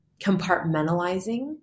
compartmentalizing